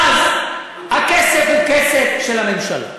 ואז הכסף הוא כסף של הממשלה.